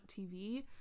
tv